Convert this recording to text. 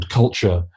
culture